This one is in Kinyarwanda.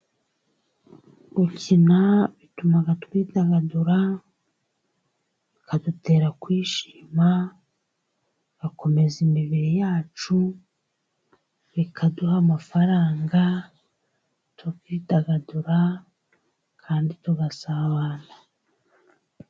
Gukina bituma twidagadura, bikadutera kwishima, bigakomeza imibiri yacu, bikaduha amafaranga, tukidagadura kandi tugasabana.